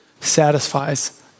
satisfies